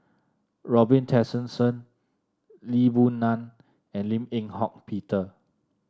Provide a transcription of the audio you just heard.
Robin Tessensohn Lee Boon Ngan and Lim Eng Hock Peter